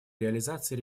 реализации